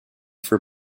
for